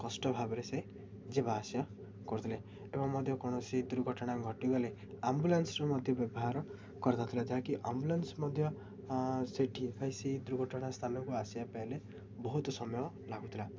କଷ୍ଟ ଭାବରେ ସେ ଯିବା ଆସିବା କରୁଥିଲେ ଏବଂ ମଧ୍ୟ କୌଣସି ଦୁର୍ଘଟଣା ଘଟିଗଲେ ଆମ୍ବୁଲାନ୍ସରୁ ମଧ୍ୟ ବ୍ୟବହାର କରିଯାଉଥିଲା ଯାହାକି ଆମ୍ବୁଲାନ୍ସ ମଧ୍ୟ ସେଇଠି ସେ ଦୁର୍ଘଟଣା ସ୍ଥାନକୁ ଆସିବା ପାଇଁଲେ ବହୁତ ସମୟ ଲାଗୁଥିଲା